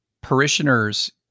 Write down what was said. Parishioners